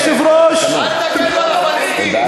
אל תגנו על הפלסטינים.